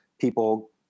people